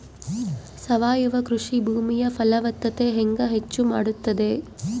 ಸಾವಯವ ಕೃಷಿ ಭೂಮಿಯ ಫಲವತ್ತತೆ ಹೆಂಗೆ ಹೆಚ್ಚು ಮಾಡುತ್ತದೆ?